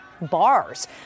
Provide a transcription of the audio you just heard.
bars